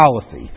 policy